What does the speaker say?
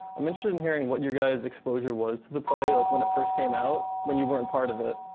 i'm interested in hearing what your guy's exposure was to the play like when it first came out, when you weren't part of it.